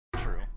True